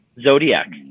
Zodiac